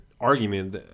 argument